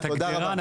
תודה רבה.